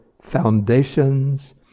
foundations